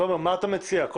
מה אתה מציע?